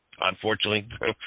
Unfortunately